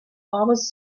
almost